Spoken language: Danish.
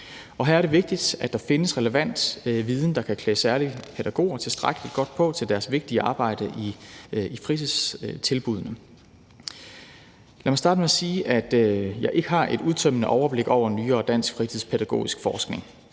Her er det vigtigt, at der findes relevant viden, der kan klæde særlig pædagoger tilstrækkelig godt på til deres vigtige arbejde i fritidstilbuddene. Lad mig starte med at sige, at jeg ikke har et udtømmende overblik over nyere dansk fritidspædagogisk forskning.